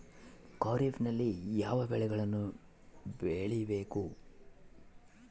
ಖಾರೇಫ್ ನಲ್ಲಿ ಯಾವ ಬೆಳೆಗಳನ್ನು ಬೆಳಿಬೇಕು?